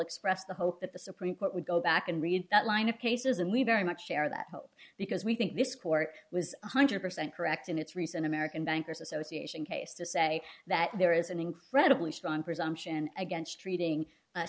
expressed the hope that the supreme court would go back and read that line of cases and we very much share that help because we think this court was one hundred percent correct in its recent american bankers association case to say that there is an incredibly strong presumption against treating